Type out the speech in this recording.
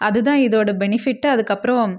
அதுதான் இதோடய பெனிஃபிட்டு அதுக்கப்புறம்